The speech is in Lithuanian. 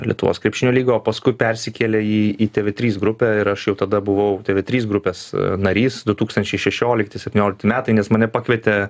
lietuvos krepšinio lyga o paskui persikėlė į į tv trys grupę ir aš jau tada buvau tv trys grupės narys du tūkstančiai šešiolikti septyniolikti metai nes mane pakvietė